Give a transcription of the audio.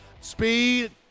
speed